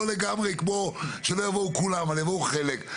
לגמרי כדי שלא יבואו כולם אבל יבואו חלק.